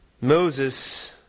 Moses